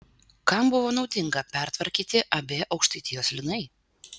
kam buvo naudinga pertvarkyti ab aukštaitijos linai